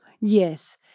Yes